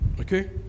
Okay